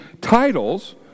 titles